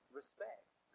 respect